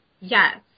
yes